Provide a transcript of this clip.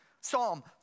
Psalm